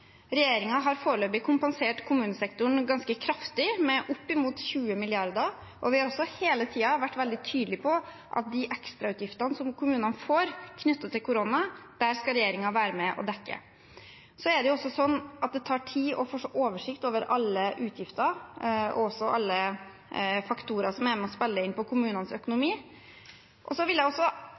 har foreløpig kompensert kommunesektoren ganske kraftig, med oppimot 20 mrd. kr, og vi har også hele tiden vært veldig tydelige på at de ekstrautgiftene som kommunene får knyttet til korona, skal regjeringen være med og dekke. Så er det også sånn at det tar tid å få oversikt over alle utgifter og også alle faktorer som er med og spiller inn på kommunenes økonomi. Jeg vil også